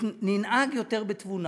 ננהג יותר בתבונה.